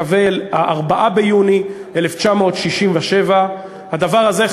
לקווי 4 ביוני 1967. הדבר הזה,